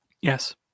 Yes